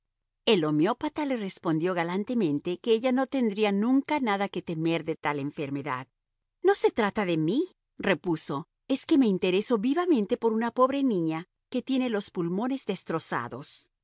el homeópata le respondió galantemente que ella no tendría nunca nada que temer de tal enfermedad no se trata de mí repuso es que me intereso vivamente por una pobre niña que tiene los pulmones destrozados